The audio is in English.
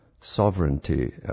sovereignty